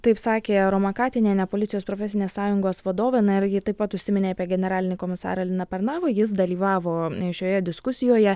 taip sakė roma katinienė policijos profesinės sąjungos vadovė na ir ji taip pat užsiminė apie generalinį komisarą liną pernavą jis dalyvavo šioje diskusijoje